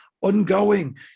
ongoing